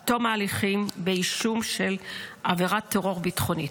עד תום ההליכים באישום של עבירת טרור ביטחונית.